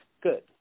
Good